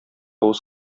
явыз